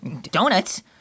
Donuts